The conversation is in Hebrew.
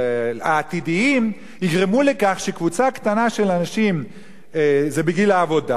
העתידיים יגרמו לכך שקבוצה קטנה של אנשים תהיה בגיל העבודה.